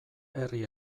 herri